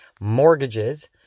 mortgages